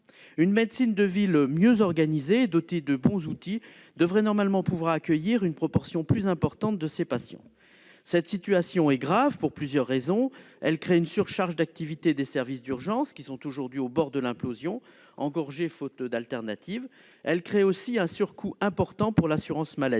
Une médecine de ville mieux organisée et dotée de bons outils devrait normalement pouvoir accueillir une proportion plus importante de ces patients. La situation est grave, pour plusieurs raisons. Elle crée une surcharge d'activité des services d'urgence, qui sont aujourd'hui au bord de l'implosion et engorgés, faute d'alternative. Elle crée aussi un surcoût important pour l'assurance maladie.